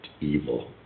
evil